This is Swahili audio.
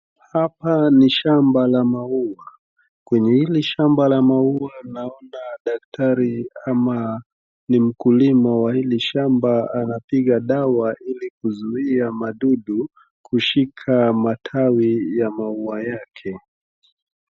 Hapa ni shamba la maua. Kwenye hili shamba la maua naona daktari ama ni mkulima wa hili shamba anapiga dawa ili kuzuia madudu kushika matawi ya maua yake.